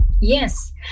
Yes